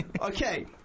Okay